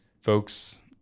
folks